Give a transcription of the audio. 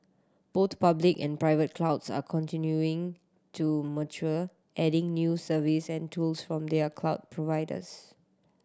both public and private clouds are continuing to mature adding new service and tools from their cloud providers